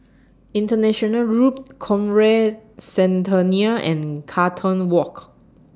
International Road Conrad Centennial and Carlton Walk